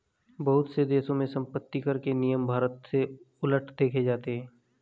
बहुत से देशों में सम्पत्तिकर के नियम भारत से उलट देखे जाते हैं